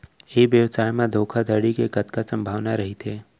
ई व्यवसाय म धोका धड़ी के कतका संभावना रहिथे?